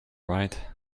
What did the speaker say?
right